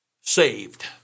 saved